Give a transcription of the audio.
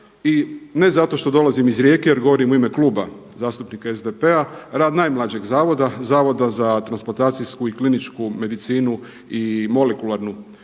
i ne zato što dolazim iz Rijeke, jer govorim u ime Kluba zastupnika SDP-a rad najmlađeg zavoda, Zavoda za transplantacijsku i kliničku medicinu i molekularnu medicinu